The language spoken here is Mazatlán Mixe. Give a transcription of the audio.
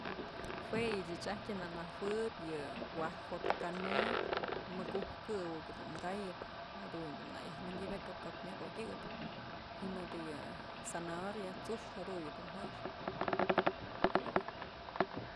Jue ëch ajtyë në nëjuëb yë waj jo'ot kanë mëkuj këwëk dun kayëp jaduyë dun na yäj wi'inyëbëkëp kap myëk okyëp y mëdë yë zanahoria t'suxkë jaduyë dun jëxëp.